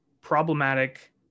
Problematic